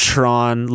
Tron